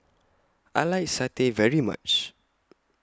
I like Satay very much